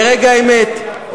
ברגע האמת,